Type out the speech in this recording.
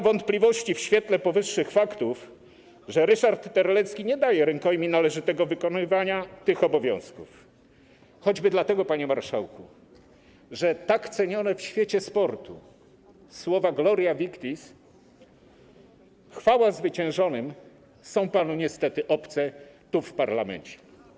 W świetle powyższych faktów nie ma wątpliwości, że Ryszard Terlecki nie daje rękojmi należytego wykonywania tych obowiązków, choćby dlatego, panie marszałku, że tak cenione w świecie sportu słowa gloria victis, chwała zwyciężonym, są panu niestety obce tu, w parlamencie.